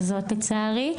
לצערי,